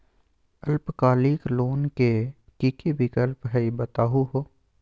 अल्पकालिक लोन के कि कि विक्लप हई बताहु हो?